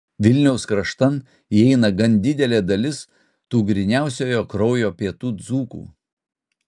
vilniaus kraštan įeina gan didelė dalis tų gryniausiojo kraujo pietų dzūkų